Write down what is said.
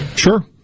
Sure